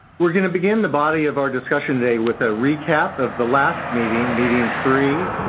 we're going to begin the body of our discussion today with a recap of the last meeting, meeting three,